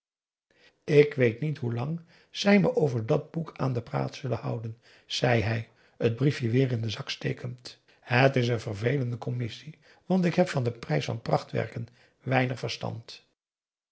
ik weet niet hoe lang zij me over dat boek aan de praat zullen houden zei hij t briefje weer in den zak stekend het is n vervelende commissie want ik heb van den prijs van prachtwerken weinig verstand